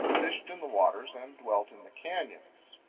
fished in the waters, and dwelt in the canyons.